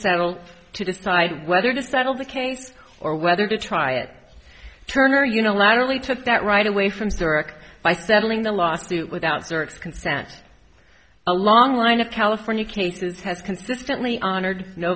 settle to decide whether to settle the case or whether to try it turner unilaterally took that right away from zurich by settling the lawsuit without circs consent a long line of california cases has consistently honored no